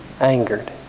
angered